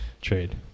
trade